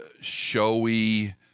showy